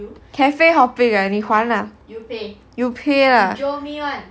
cafe hopping ah you 还 ah you pay ah